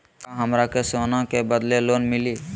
का हमरा के सोना के बदले लोन मिलि?